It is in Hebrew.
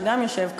שגם יושב כאן,